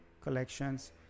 Collections